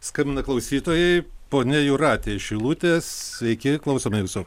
skambina klausytojai ponia jūratė iš šilutės sveiki klausome jūsų